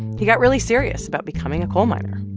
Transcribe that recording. he got really serious about becoming a coal miner.